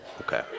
Okay